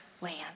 land